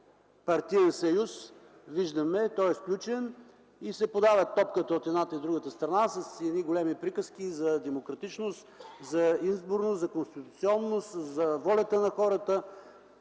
партиен съюз е сключен и топката се подава от едната и от другата страна с големи приказки за демократичност, за изборност, за конституционност, за волята на хората.